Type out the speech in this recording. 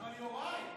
אבל יוראי?